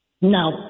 No